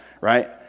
right